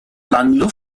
landu